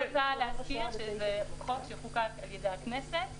אני רק רוצה להזכיר שזה חוק שחוקק על-ידי הכנסת,